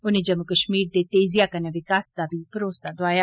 उनें जम्मू कश्मीर दे तेजिया कन्नै विकास दा बी भरोसा दोआया